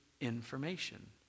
information